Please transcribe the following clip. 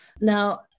Now